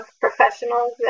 professionals